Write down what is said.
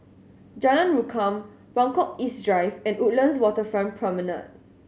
Jalan Rukam Buangkok East Drive and Woodlands Waterfront Promenade